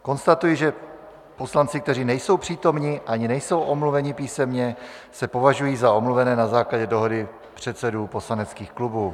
Konstatuji, že poslanci, kteří nejsou přítomni ani nejsou omluveni písemně, se považují za omluvené na základě dohody předsedů poslaneckých klubů.